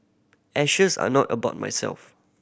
ashes are not about myself